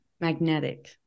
magnetic